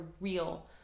real